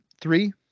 Three